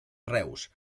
reus